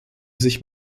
sich